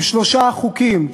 עם שלושה חוקים,